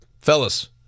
Fellas